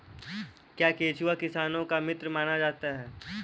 क्या केंचुआ किसानों का मित्र माना जाता है?